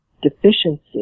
Deficiency